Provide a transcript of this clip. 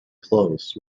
close